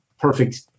perfect